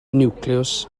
niwclews